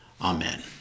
Amen